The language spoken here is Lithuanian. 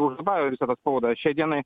uzurpavę visą tą spaudą šiai dienai